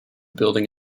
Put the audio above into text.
building